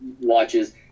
watches